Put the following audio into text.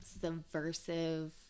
subversive